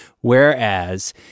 Whereas